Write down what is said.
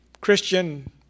Christian